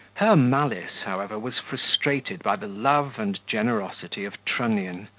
her malice, however, was frustrated by the love and generosity of trunnion,